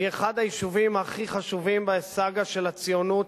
היא אחד היישובים הכי חשובים בסאגה של הציונות,